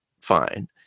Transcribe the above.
fine